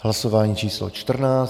Hlasování číslo 14.